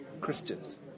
Christians